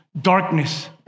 darkness